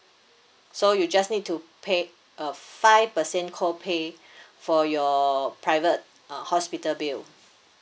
so you just need to pay a five percent co-pay for your private uh hospital bill